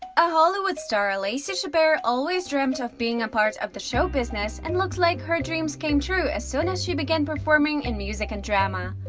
a hollywood star, lacey chabert always dreamt of being a part of the show-business and looks like her dreams came true as soon as she began performing in music and drama.